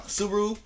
Subaru